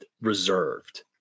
reserved